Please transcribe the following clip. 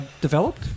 developed